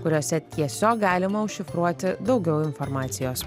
kuriuose tiesiog galima užšifruoti daugiau informacijos